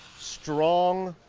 strong,